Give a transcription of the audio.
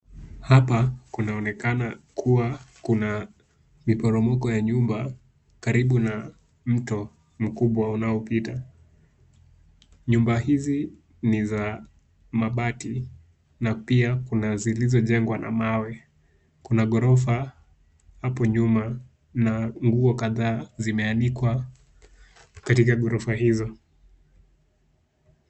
Hapa kunaonekana kuwa kuna miporomoko ya nyumba karibu na mto mkubwa unaopita. Nyumba hizi ni za mabati na pia kuna zilizojengwa na mawe. Kuna ghorofa hapo nyuma na nguo kadhaa zimeanikwa katika ghorofa hizo.